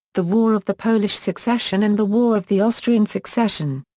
the war of the polish succession and the war of the austrian succession.